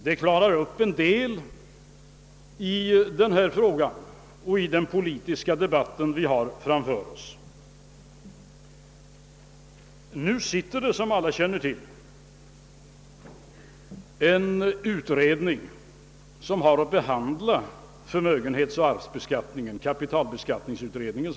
Det skulle vara värdefullt för den politiska debatt vi har framför oss. Som alla känner till arbetar nu en utredning som har att behandla förmögenhetsoch arvsbeskattningen — den s.k. kapitalskatteberedningen.